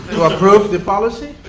to approve the policy?